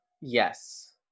Yes